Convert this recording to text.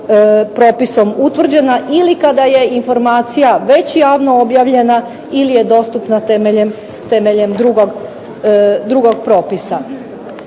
propisom utvrđena, ili kada je informacija već javno objavljena ili je dostupna temeljem drugog propisa.